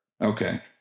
Okay